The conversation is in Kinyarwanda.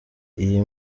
iyi